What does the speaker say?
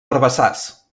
herbassars